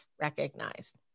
recognized